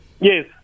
Yes